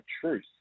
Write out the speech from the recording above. Truth